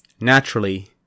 Naturally